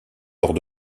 lors